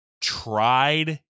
tried